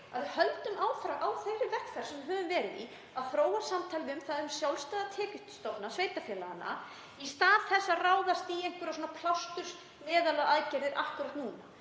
við höldum áfram á þeirri vegferð sem við höfum verið, að þróa samtal um sjálfstæða tekjustofna sveitarfélaganna í stað þess að ráðast í einhverjar plásturs- eða meðalaaðgerðir akkúrat núna.